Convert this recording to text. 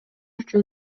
үчүн